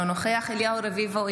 אינו נוכח אליהו רביבו,